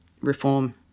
reform